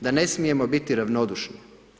Da ne smijemo biti ravnodušni.